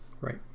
Right